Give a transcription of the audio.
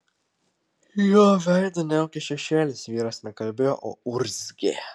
jo veidą niaukė šešėlis vyras ne kalbėjo o urzgė